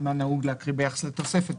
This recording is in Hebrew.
"תוספת